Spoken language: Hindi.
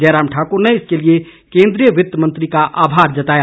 जयराम ठाकुर ने इसके लिए केंद्रीय वित्त मंत्री का आभार जताया